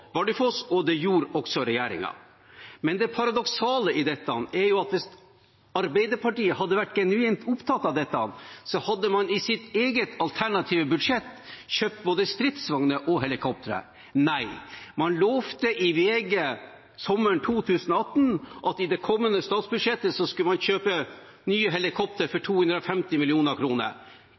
Bardufoss, og det gjorde også regjeringen. Det paradoksale er at hvis Arbeiderpartiet hadde vært genuint opptatt av dette, hadde man i sitt eget alternative budsjett satt av midler til kjøp av både stridsvogner og helikoptre – men nei. Man lovte i VG sommeren 2018 at i det kommende statsbudsjettet skulle man kjøpe nye helikoptre for 250